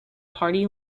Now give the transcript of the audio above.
party